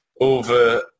over